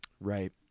Right